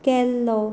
केल्लो